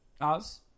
Oz